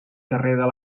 carrer